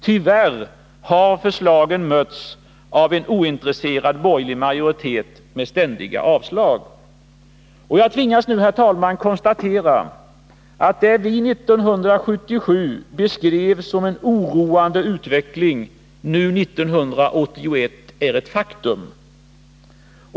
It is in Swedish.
Tyvärr har förslagen mötts av en ointresserad borgerlig majoritet med ständiga avslag. Jag tvingas nu, herr talman, konstatera, att det vi 1977 beskrev som en oroande utveckling nu 1981 är ett faktum.